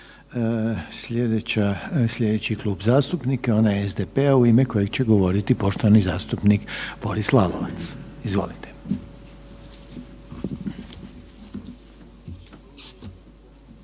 Sljedeći klub zastupnika je onaj SDP-a u ime kojeg će govoriti poštovani zastupnik Boris Lalovac. Izvolite.